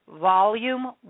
Volume